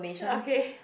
okay